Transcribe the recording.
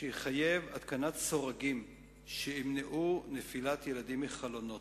שיחייב התקנת סורגים שימנעו נפילת ילדים מחלונות.